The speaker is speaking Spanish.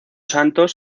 santos